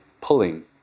pulling